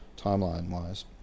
timeline-wise